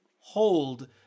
hold